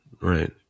right